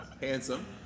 Handsome